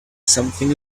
something